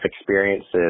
experiences